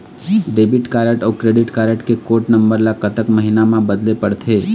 Debit card अऊ credit card के code number ला कतक महीना मा बदले पड़थे?